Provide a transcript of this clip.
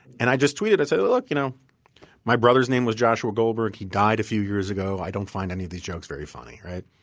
and i just tweeted. i said, look, you know my brother's name was joshua goldberg. he died a few years ago. i don't find any of these jokes very funny, right?